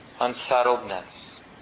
unsettledness